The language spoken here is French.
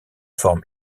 forme